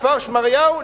כפר-שמריהו,